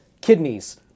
Kidneys